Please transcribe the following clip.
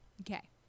okay